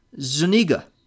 Zuniga